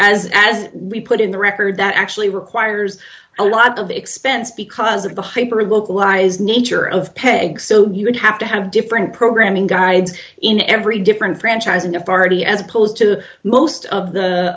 as as we put in the record that actually requires a lot of expense because of the hyper localized nature of peg so you would have to have different programming guides in every different franchise in a party as opposed to most of the